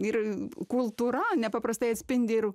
ir a kultūra nepaprastai atspindi ir